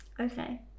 okay